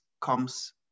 comes